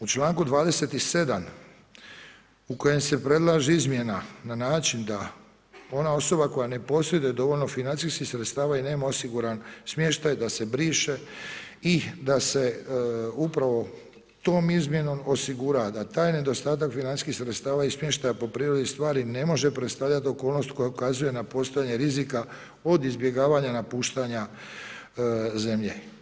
U članku 27. u kojem se predlaže izmjena na način da ona osoba koja ne posjeduje dovoljno financijskih sredstava i nema osiguran smještaj da se briše i da se upravo tom izmjenom osigura da taj nedostatak financijskih sredstava i smještaja po prirodi stvari ne može predstavljati okolnost koja ukazuje na postojanje rizika od izbjegavanja napuštanja zemlje.